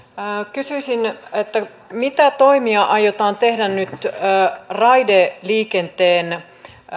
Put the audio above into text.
kysyisin mitä toimia aiotaan tehdä nyt raideliikenteen